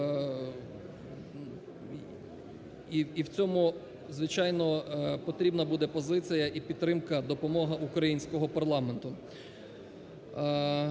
і в цьому, звичайно, потрібна буде позиція і підтримка, допомога українського парламенту.